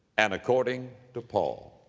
and according to paul.